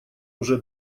уже